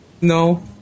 No